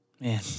Man